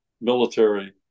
military